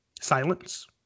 silence